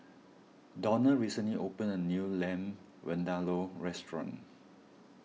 Donald recently opened a new Lamb Vindaloo restaurant